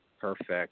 perfect